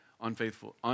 unfaithful